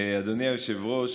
אדוני היושב-ראש,